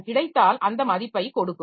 அது கிடைத்தால் அந்த மதிப்பைக் கொடுக்கும்